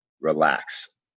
relax